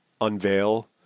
unveil